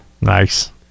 nice